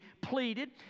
pleaded